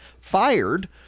fired